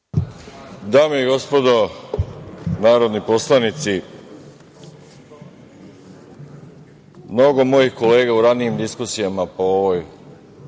Dame i gospodo narodni poslanici, mnogo mojih kolega u ranijim diskusijama po ovoj